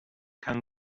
can